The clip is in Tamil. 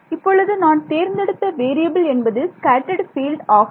இப்பொழுது நான் தேர்ந்தெடுத்த வேறியபில் என்பது ஸ்கேட்டர்ட் பீல்டு ஆகும்